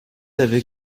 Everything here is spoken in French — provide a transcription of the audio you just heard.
avec